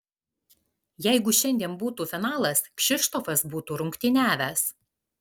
jeigu šiandien būtų finalas kšištofas būtų rungtyniavęs